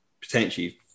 potentially